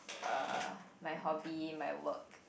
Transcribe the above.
uh my hobby my work